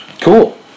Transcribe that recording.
Cool